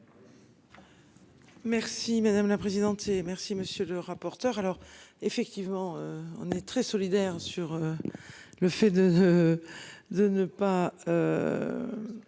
Merci madame la présidente, et merci monsieur le rapporteur. Alors effectivement on est très solidaire sur. Le fait de de.